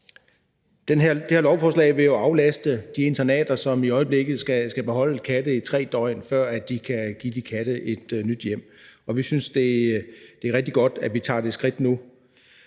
Det her lovforslag vil jo aflaste de internater, som i øjeblikket skal beholde katte i tre døgn, før de kan give dem et nyt hjem. Vi synes, det er rigtig godt, at vi tager det skridt nu.